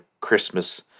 Christmas